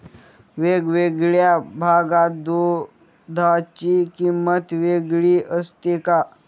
वेगवेगळ्या भागात दूधाची किंमत वेगळी असते का?